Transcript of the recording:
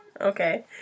Okay